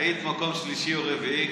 היית מקום שלישי או רביעי.